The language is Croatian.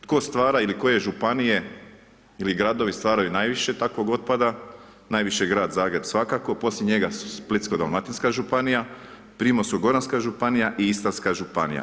Tko stvara ili koje županije ili gradovi stvaraju najviše takvog otpad, najviše Grad Zagreb svakako, poslije njega su Splitsko dalmatinska županija, Primorsko goranska županija i Istarska županija.